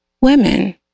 women